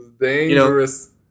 Dangerous